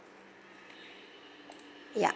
yup